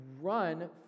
run